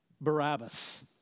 Barabbas